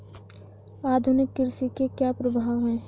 आधुनिक कृषि के क्या प्रभाव हैं?